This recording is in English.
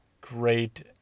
great